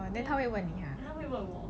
then 他会问你 ah